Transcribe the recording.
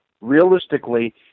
realistically